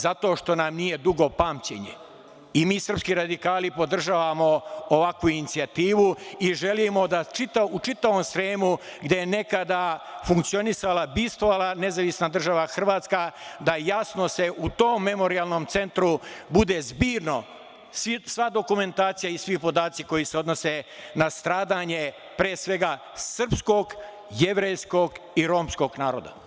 Zato što nam nije dugo pamćenje i mi srpski radikali podržavamo ovakvu inicijativu i želimo da, u čitavom Sremu gde je nekada funkcionisala, bivstvovala Nezavisna Država Hrvatska, u tom memorijalnom centru bude zbirno sva dokumentacija i svi podaci koji se odnose na stradanje, pre svega, srpskog, jevrejskog i romskog naroda.